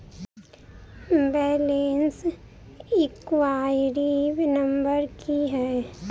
Balance enquiry number की है?